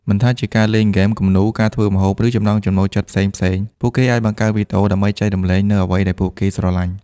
មិនថាជាការលេងហ្គេម គំនូរ ការធ្វើម្ហូប ឬចំណង់ចំណូលចិត្តផ្សេងៗ ពួកគេអាចបង្កើតវីដេអូដើម្បីចែករំលែកនូវអ្វីដែលពួកគេស្រលាញ់។